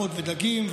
עופות ודגים,